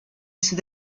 sud